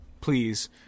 please